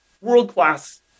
world-class